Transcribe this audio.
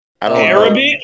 arabic